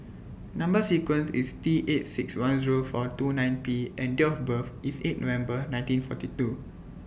Number sequence IS T eight six one Zero four two nine P and Date of birth IS eight November nineteen forty two